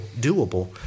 doable